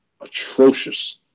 atrocious